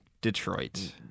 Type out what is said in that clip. Detroit